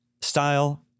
style